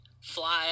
fly